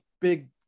big